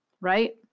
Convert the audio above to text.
right